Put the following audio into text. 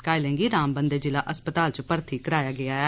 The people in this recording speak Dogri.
घायलें गी रामबन दे जिला हस्पताल च भर्थी कराया गेया ऐ